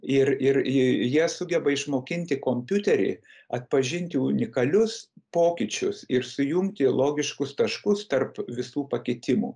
ir ir ji jie sugeba išmokinti kompiuterį atpažinti unikalius pokyčius ir sujungti logiškus taškus tarp visų pakitimų